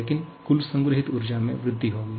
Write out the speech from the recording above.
लेकिन कुल संग्रहीत ऊर्जा में वृद्धि होगी